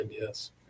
yes